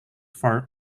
for